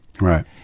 right